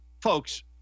folks